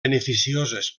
beneficioses